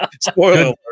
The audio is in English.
spoiler